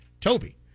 Toby